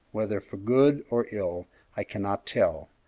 whether for good or ill i cannot tell,